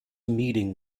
meeting